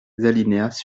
alinéas